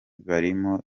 barimo